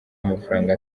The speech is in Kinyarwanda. amafaranga